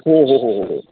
हो हो हो हो हो